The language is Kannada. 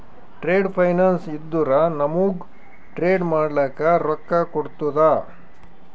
ಟ್ರೇಡ್ ಫೈನಾನ್ಸ್ ಇದ್ದುರ ನಮೂಗ್ ಟ್ರೇಡ್ ಮಾಡ್ಲಕ ರೊಕ್ಕಾ ಕೋಡ್ತುದ